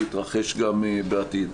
להתרחש גם בעתיד.